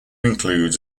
includes